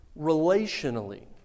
relationally